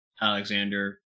Alexander